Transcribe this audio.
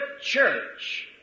church